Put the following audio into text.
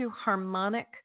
harmonic